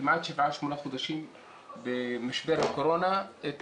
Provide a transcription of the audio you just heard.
כמעט שבעה-שמונה חודשים במשבר הקורונה את